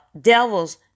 devils